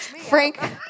frank